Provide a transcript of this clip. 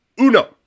UNO